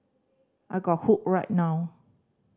I got hooked right now